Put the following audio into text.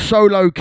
Solo